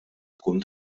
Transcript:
tkun